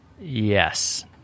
yes